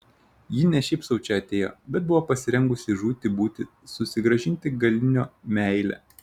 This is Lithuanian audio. ji ne šiaip sau čia atėjo bet buvo pasirengusi žūti būti susigrąžinti galinio meilę